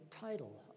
title